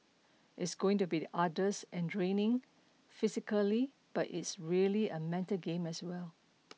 it's going to be the arduous and draining physically but it's really a mental game as well